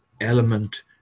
element